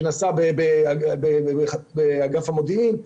שנעשו באגף המודיעין,